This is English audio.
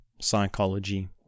psychology